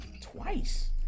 twice